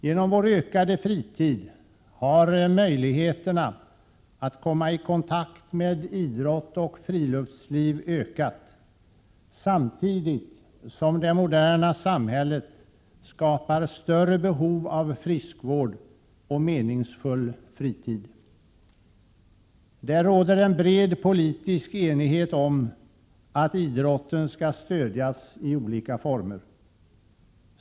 Genom vår ökade fritid har möjligheterna att komma i kontakt med idrott och friluftsliv ökat, samtidigt som det moderna samhället skapar större behov av friskvård och meningsfull fritid. Det råder en bred politisk enighet om att idrotten skall stödjas i olika former.